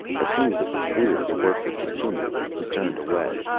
as soon as it was clear the work would continue he turned away.